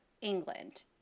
England